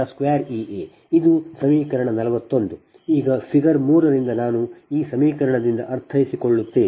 ಈಗ ಫಿಗರ್ 3 ರಿಂದ ನಾನು ಈ ಸಮೀಕರಣದಿಂದ ಅರ್ಥೈಸಿಕೊಳ್ಳುತ್ತೇನೆ